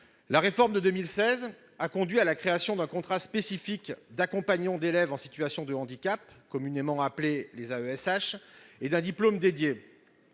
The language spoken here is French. La réforme de 2016 a conduit à la création d'un contrat spécifique d'accompagnant d'élève en situation de handicap (AESH) et d'un diplôme dédié.